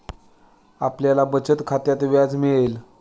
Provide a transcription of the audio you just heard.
आपल्याला बचत खात्यात व्याज मिळेल